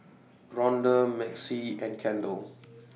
Rhonda Maxie and Kendall